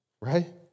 Right